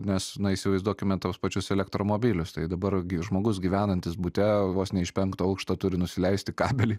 nes na įsivaizduokime tuos pačius elektromobilius tai dabar gi žmogus gyvenantis bute vos ne iš penkto aukšto turi nusileisti kabelį